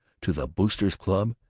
to the boosters' club.